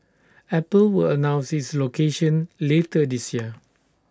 apple will announce its location later this year